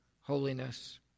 Holiness